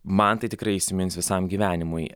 man tai tikrai įsimins visam gyvenimui